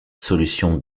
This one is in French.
solution